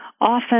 often